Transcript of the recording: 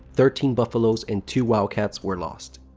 thirteen buffaloes and two wildcats were lost.